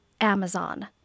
amazon